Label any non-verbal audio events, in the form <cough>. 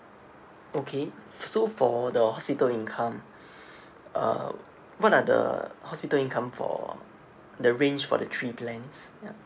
okay so for the hospital income <breath> uh what are the hospital income for the range for the three plans ya